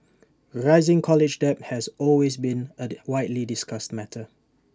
rising college debt has always been A widely discussed matter